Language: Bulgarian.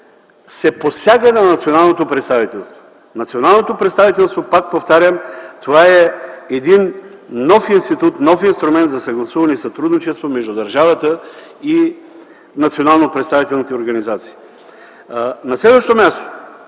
се посяга на националното представителство. Националното представителство, пак повтарям, е един нов институт, нов инструмент за съгласуване и сътрудничество между държавата и националнопредставителните организации. На следващо място,